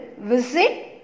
visit